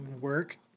Work